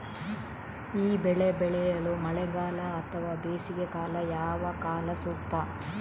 ಈ ಬೆಳೆ ಬೆಳೆಯಲು ಮಳೆಗಾಲ ಅಥವಾ ಬೇಸಿಗೆಕಾಲ ಯಾವ ಕಾಲ ಸೂಕ್ತ?